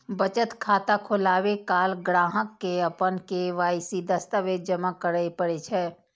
बचत खाता खोलाबै काल ग्राहक कें अपन के.वाई.सी दस्तावेज जमा करय पड़ै छै